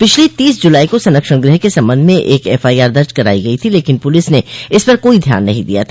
पिछली तीस जुलाई को संरक्षण गृह के संबंध में एक एफआईआर दर्ज कराई गई थी लेकिन पुलिस ने इस पर कोई ध्यान नहीं दिया था